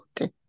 Okay